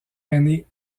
ainée